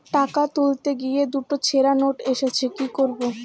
টাকা তুলতে গিয়ে দুটো ছেড়া নোট এসেছে কি করবো?